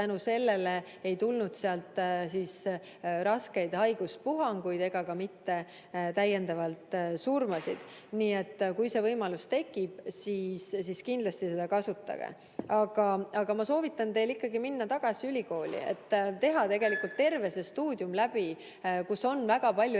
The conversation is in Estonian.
tänu sellele ei tulnud seal raskeid haiguspuhanguid ega ka mitte täiendavalt surmasid. Nii et kui see võimalus tekib, siis kindlasti kasutage seda. Aga ma soovitan teil ikkagi minna tagasi ülikooli ja teha läbi terve see stuudium, kus on väga palju juuraaineid.